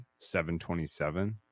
727